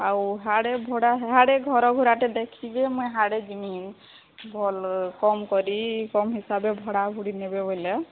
ଆଉ ହାଡ଼େ ଭଡ଼ା ହାଡ଼େ ଘର ଭଡ଼ାଟେ ଦେଖିବେ ମୁଇଁ ହାଡ଼େ ଯମି ଭଲ କମ୍ କରି କମ ହିସାବରେ ଭଡ଼ା ଭୁଡ଼ି ନେବେ ବୋଇଲେ